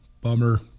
Bummer